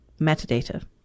metadata